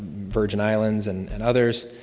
virgin islands and and others.